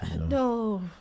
No